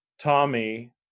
Tommy